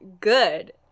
good